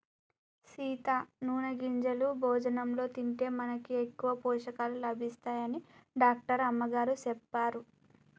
సీత నూనె గింజలు భోజనంలో తింటే మనకి ఎక్కువ పోషకాలు లభిస్తాయని డాక్టర్ అమ్మగారు సెప్పారు